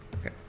okay